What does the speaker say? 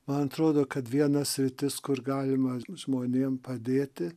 man atrodo kad viena sritis kur galima žmonėm padėti